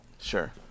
Sure